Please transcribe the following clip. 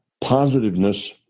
positiveness